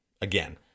again